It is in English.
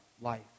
life